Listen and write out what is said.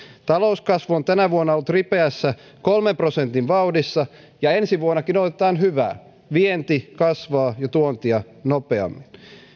talouskasvu on tänä vuonna ollut ripeässä kolmen prosentin vauhdissa ja ensi vuonnakin odotetaan hyvää vienti kasvaa jo tuontia nopeammin